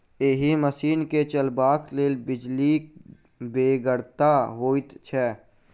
एहि मशीन के चलयबाक लेल बिजलीक बेगरता होइत छै